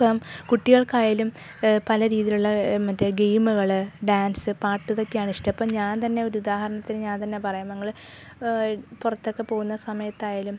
ഇപ്പം കുട്ടികൾക്കായാലും പല രീതിയിലുള്ള മറ്റേ ഗെയിമുകൾ ഡാൻസ് പാട്ട് ഇതൊക്കെയാണ് ഇഷ്ടം അപ്പം ഞാൻ തന്നെ ഒരു ഉദാഹരണത്തിന് ഞാൻ തന്നെ പറയാം ഞങ്ങൾ പുറത്തൊക്കെ പോകുന്ന സമയത്തായാലും